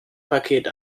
paket